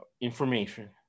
information